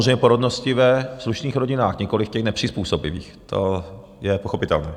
Samozřejmě porodnosti ve slušných rodinách, nikoliv těch nepřizpůsobivých, to je pochopitelné.